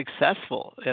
successful